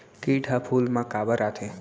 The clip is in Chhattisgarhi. किट ह फूल मा काबर आथे?